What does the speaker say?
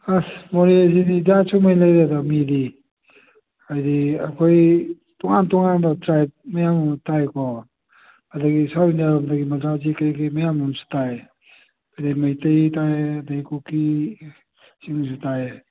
ꯑꯁ ꯃꯣꯔꯦꯁꯤꯗꯤ ꯖꯥꯠ ꯁꯨꯉꯩ ꯂꯩꯔꯦꯗ ꯃꯤꯗꯤ ꯍꯥꯏꯗꯤ ꯑꯩꯈꯣꯏ ꯇꯣꯉꯥꯟ ꯇꯣꯉꯥꯟꯕ ꯇ꯭ꯔꯥꯏꯕ ꯃꯌꯥꯝ ꯑꯃ ꯇꯥꯏꯀꯣ ꯑꯗꯒꯤ ꯁꯥꯎꯠ ꯏꯟꯗꯤꯌꯥ ꯔꯣꯝꯗꯒꯤ ꯃꯥꯗ꯭ꯔꯁꯤ ꯀꯔꯤ ꯀꯔꯤ ꯃꯌꯥꯝ ꯑꯃꯁꯨ ꯇꯥꯏ ꯑꯗꯒꯤ ꯃꯩꯇꯩ ꯇꯥꯏ ꯑꯗꯒꯤ ꯀꯨꯀꯤ ꯁꯤꯃꯁꯨ ꯇꯥꯏꯌꯦ